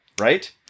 right